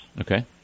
Okay